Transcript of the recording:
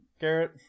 Garrett